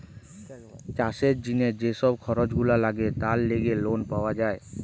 চাষের জিনে যে সব খরচ গুলা লাগে তার লেগে লোন পাওয়া যায়